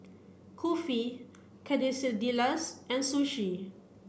Kulfi Quesadillas and Sushi